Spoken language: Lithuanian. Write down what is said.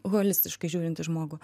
holistiškai žiūrint į žmogų